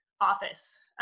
office